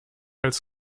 als